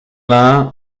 l’un